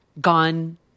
gone